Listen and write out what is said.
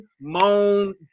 moan